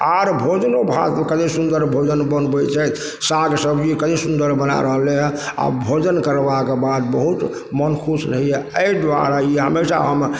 आओर भोजनो भात कते सुन्दर भोजन बनबय छथि साग सब्जी कते सुन्दर बना रहलैए आओर भोजन करबाके बाद बहुत मोन खुश रहइए अइ दुआरे ई हमेशा हम